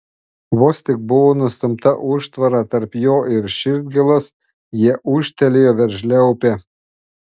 vos tik buvo nustumta užtvara tarp jo ir širdgėlos jie ūžtelėjo veržlia upe